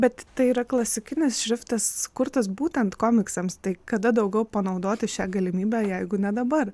bet tai yra klasikinis šriftas sukurtas būtent komiksams tai kada daugiau panaudoti šią galimybę jeigu ne dabar